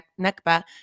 Nakba